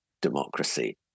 democracy